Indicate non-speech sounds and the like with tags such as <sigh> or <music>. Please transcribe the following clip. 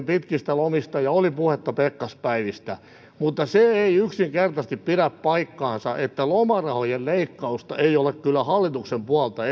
<unintelligible> pitkistä lomista ja oli puhetta pekkaspäivistä mutta se ei yksinkertaisesti pidä paikkaansa että lomarahojen leikkausta olisi hallituksen puolelta <unintelligible>